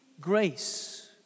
grace